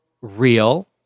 real